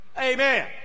Amen